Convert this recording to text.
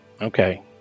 Okay